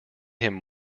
him